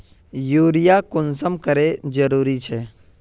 Urea कुंसम करे जरूरी छै?